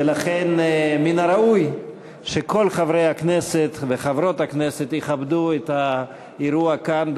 ולכן מן הראוי שכל חברי הכנסת וחברות הכנסת יכבדו את האירוע כאן,